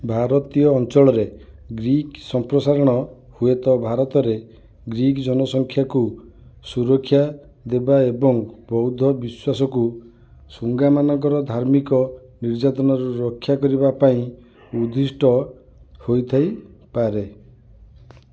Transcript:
ଭାରତୀୟ ଅଞ୍ଚଳରେ ଗ୍ରୀକ୍ ସମ୍ପ୍ରସାରଣ ହୁଏତ ଭାରତରେ ଗ୍ରୀକ୍ ଜନସଂଖ୍ୟାକୁ ସୁରକ୍ଷା ଦେବା ଏବଂ ବୌଦ୍ଧ ବିଶ୍ୱାସକୁ ଶୁଙ୍ଗାମାନଙ୍କର ଧାର୍ମିକ ନିର୍ଯାତନାରୁ ରକ୍ଷା କରିବା ପାଇଁ ଉଦ୍ଦିଷ୍ଟ ହୋଇ ଥାଇପାରେ